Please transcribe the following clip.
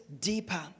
deeper